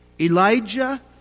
Elijah